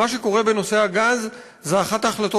מה שקורה בנושא הגז זה אחת ההחלטות